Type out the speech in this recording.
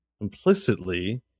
implicitly